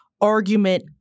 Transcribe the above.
argument